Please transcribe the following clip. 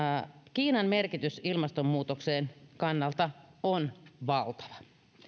kiinan merkitys ilmastonmuutoksen kannalta on valtava